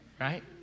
right